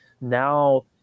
now –